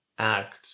act